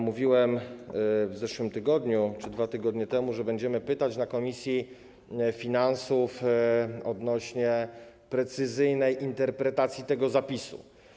Mówiłem w zeszłym tygodniu czy 2 tygodnie temu, że będziemy pytać w komisji finansów o precyzyjną interpretację tego zapisu.